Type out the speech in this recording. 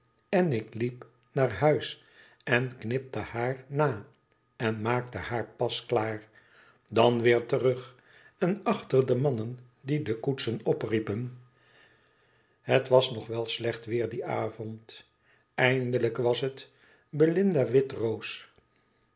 en ik liep naar huis en knipte haar na en maakte haar pasklaar dan weer terug en achter de mannen die de koetsen opriepen het was nog wel slecht weer dien avond eindelijk was het belinda witroos